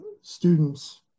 students